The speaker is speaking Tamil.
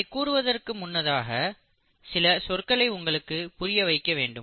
அதை கூறுவதற்கு முன்னதாக சில சொற்களை உங்களுக்கு புரிய வைக்க வேண்டும்